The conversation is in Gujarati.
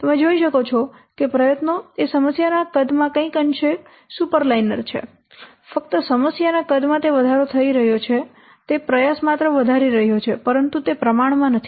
તમે જોઈ શકો છો કે પ્રયત્નો એ સમસ્યાના કદમાં કંઈક અંશે સુપરલાઇનર છે ફક્ત સમસ્યાના કદમાં તે વધારો થઈ રહ્યો છે તે પ્રયાસ માત્ર વધારી રહ્યો છે પરંતુ તે પ્રમાણમાં નથી